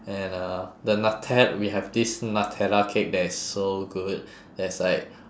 and uh the nute~ we have this nutella cake that is so good that's like